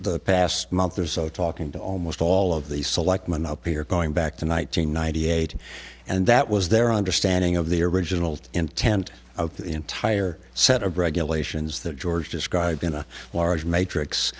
the past month or so talking to almost all of the selectmen up here going back tonight jane ninety eight and that was their understanding of the original intent of the entire set of regulations that george described in a large matrix